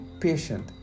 patient